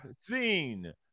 seen